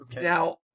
Now